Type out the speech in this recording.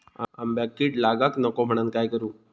आंब्यक कीड लागाक नको म्हनान काय करू?